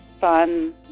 fun